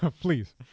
Please